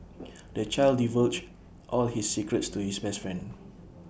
the child divulged all his secrets to his best friend